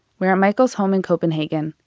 we are at michael's home in copenhagen,